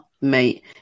Mate